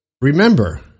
remember